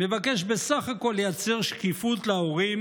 מבקש בסך הכול לייצר שקיפות להורים,